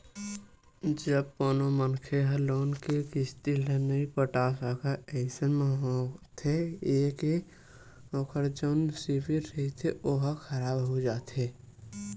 जब कोनो मनखे ह लोन के किस्ती ल नइ पटा सकय अइसन म होथे ये के ओखर जउन सिविल रिहिथे ओहा खराब हो जाथे